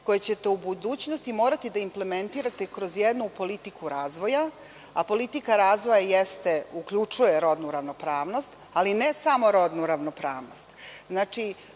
koje ćete u budućnosti morati da implementirate kroz jednu politiku razvija, a politika razvoja uključuje rodnu ravnopravnost, ali ne samo rodnu ravnopravnost. Pitanje